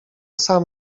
sam